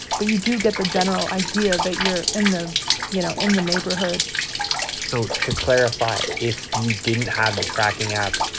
but you do get the general idea that you're in the you know in the neighborhood so to clarify, if you didn't have the tracking app,